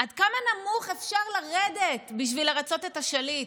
עד כמה נמוך אפשר לרדת בשביל לרצות את השליט?